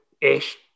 Ish